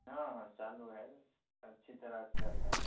हाँ हाँ चालू है अच्छी तरह चल रहा है